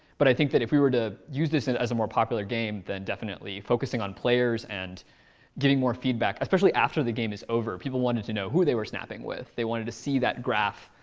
but i think that if we were to use this and as a more popular game, then definitely focusing on players and getting more feedback, especially after the game is over. people wanted to know who they were snapping with. they wanted to see that graph,